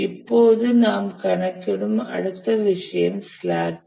இப்போது நாம் கணக்கிடும் அடுத்த விஷயம் ஸ்லாக் டைம்